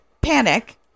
panic